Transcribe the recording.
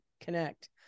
connect